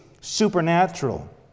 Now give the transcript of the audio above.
supernatural